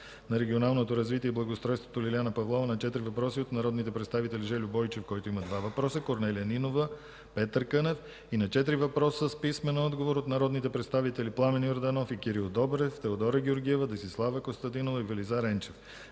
на регионалното развитие и благоустройството Лиляна Павлова – на четири въпроса от народните представители Жельо Бойчев – два въпроса, Корнелия Нинова, и Петър Кънев, и на четири въпроса с писмен отговор от народните представители Пламен Йорданов и Кирил Добрев, Теодора Георгиева, Десислава Костадинова, и Велизар Енчев;